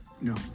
No